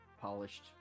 polished